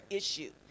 issue